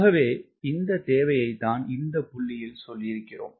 ஆகவே இந்த தேவையைத்தான் இந்த புள்ளியில் சொல்லியிருக்கிறோம்